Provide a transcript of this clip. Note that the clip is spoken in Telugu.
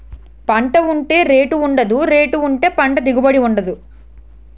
పంట ఉంటే రేటు ఉండదు, రేటు ఉంటే పంట దిగుబడి ఉండదు